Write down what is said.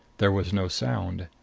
there was no sound.